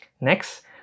Next